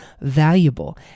valuable